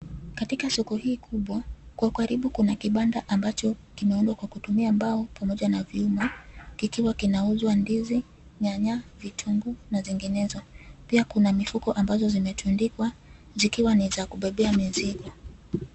Katika soko hii kubwa kwa ukaribu kuna kibanda ambacho kimeundwa kwa kutumia mbao pamoja na vyuma. Kikiwa kinauzwa ndizi, nyanya, vitunguu na zinginezo. Pia kuna mifuko ambazo zimetundikwa zikiwa ni za kubebea mizigo.